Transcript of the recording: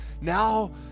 now